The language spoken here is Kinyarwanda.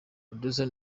producer